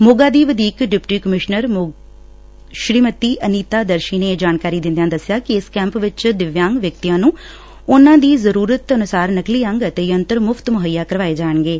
ਮੋਗਾ ਦੀ ਵਧੀਕ deputy commissioner Moga Shrimati Anita Darshi ਨੇ ਇਹ ਜਾਣਕਾਰੀ ਦਿੰਦਿਆਂ ਦੱਸਿਆ ਕਿ ਇਸ ਕੈਂਪ ਵਿੱਚ ਦਿਵਿਆਂਗ ਵਿਅਕਤੀਆਂ ਨੂੰ ਉਨ੍ਹਾਂ ਦੀ ਜ਼ਰੂਰਤ ਅਨੁਸਾਰ ਨਕਲੀ ਅੰਗ ਅਤੇ ਯੰਤਰ ਮੁਫ਼ਤ ਮੁਹੱਈਆ ਕਰਵਾਏ ਜਾਣਗੇ